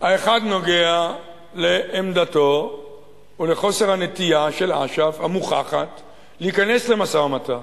האחד נוגע לעמדתו ולחוסר הנטייה המוכח של אש"ף להיכנס למשא-ומתן.